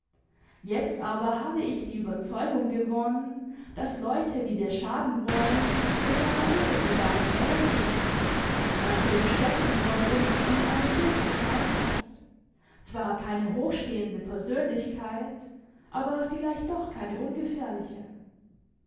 jetzt aber habe ich die überzeugung gewonnen daß leute die dir schaden wollen in deiner unmittelbaren nähe sitzen daß du im städtchen dort unten einen bittern feind hast zwar keine hochstehende persönlichkeit aber vielleicht doch keine ungefährliche